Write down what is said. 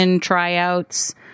tryouts